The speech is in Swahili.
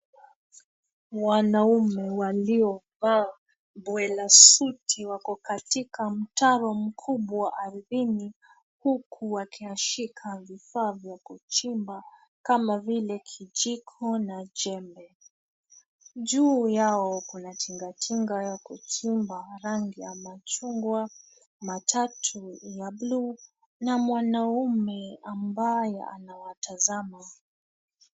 Mwanaume waliovaa bwela suti wako katika mtaro mkubwa ardhini huku wakiyashika vifaa vya kuchimba kama vile kijiko na jembe. Juu yao kuna tinga tinga ya kuchimba rangi ya machungwa, matatu ya buluu na mwanaume ambaye anawatazama.